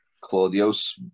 Claudio's